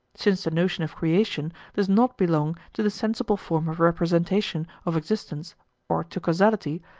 since the notion of creation does not belong to the sensible form of representation of existence or to causality,